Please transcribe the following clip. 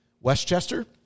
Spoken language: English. Westchester